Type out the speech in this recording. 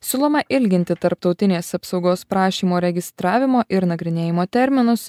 siūloma ilginti tarptautinės apsaugos prašymo registravimo ir nagrinėjimo terminus